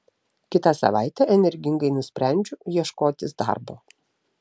kitą savaitę energingai nusprendžiu ieškotis darbo